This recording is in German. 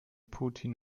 putin